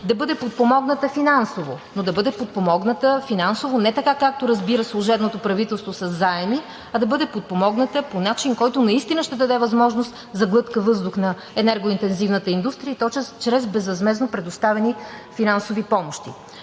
да бъде подпомогната финансово, но да бъде подпомогната финансово не така, както разбира служебното правителство – със заеми, а да бъде подпомогната по начин, който наистина ще даде възможност за глътка въздух на енергоинтензивната индустрия, и то чрез безвъзмездно предоставени финансови помощи?